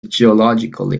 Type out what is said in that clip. geologically